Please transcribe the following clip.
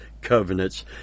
covenants